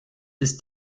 ist